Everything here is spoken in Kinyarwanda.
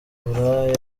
buraya